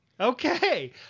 Okay